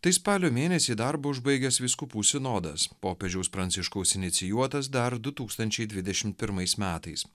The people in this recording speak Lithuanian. tai spalio mėnesį darbą užbaigęs vyskupų sinodas popiežiaus pranciškaus inicijuotas dar du tūkstančiai dvidešim pirmais metais